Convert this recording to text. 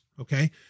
Okay